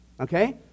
okay